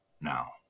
now